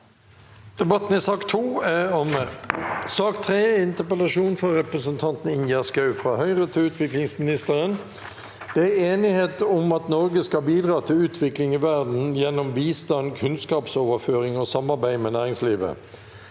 Debatten i sak nr. 2 er om- me. Sak nr. 3 Interpellasjon fra representanten Ingjerd Schou til utviklingsministeren: «Det er enighet om at Norge skal bidra til utvikling i verden gjennom bistand, kunnskapsoverføring og sam- arbeid med næringslivet.